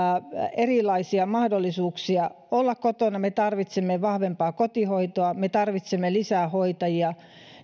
erilaisia mahdollisuuksia olla kotona me tarvitsemme vahvempaa kotihoitoa me tarvitsemme lisää hoitajia